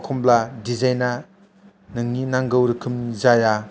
एखनब्ला दिजाइना नोंनि नांगौ रोखोमनि जाया